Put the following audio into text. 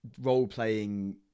role-playing